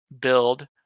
build